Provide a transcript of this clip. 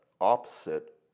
opposite